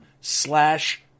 slash